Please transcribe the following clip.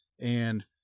and-